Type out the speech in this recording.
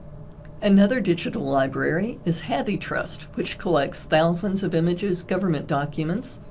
another digital library is hathitrust which collects thousands of images, government documents,